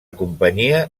companyia